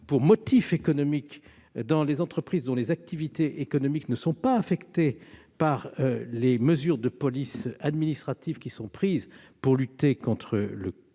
pour motif économique dans les entreprises dont les activités économiques ne sont pas affectées par les mesures de police administrative qui sont prises pour lutter contre le